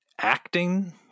acting